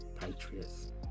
Patriots